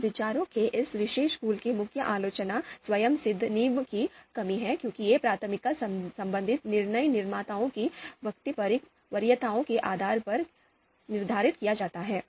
अब विचार के इस विशेष स्कूल की मुख्य आलोचना स्वयंसिद्ध नींव की कमी है क्योंकि ये प्राथमिकता संबंध निर्णय निर्माताओं की व्यक्तिपरक वरीयताओं के आधार पर निर्धारित किए जाते हैं